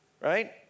right